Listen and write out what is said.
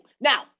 Now